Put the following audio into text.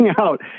out